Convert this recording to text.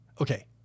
Okay